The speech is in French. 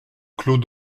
clos